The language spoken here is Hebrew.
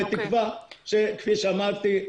בתקווה שכפי שאמרתי,